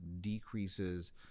decreases